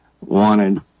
wanted